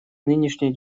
нынешняя